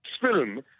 film